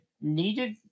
needed